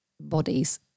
bodies